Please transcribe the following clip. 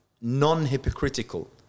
non-hypocritical